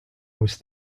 was